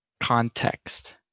context